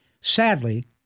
sadly